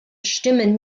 stimmen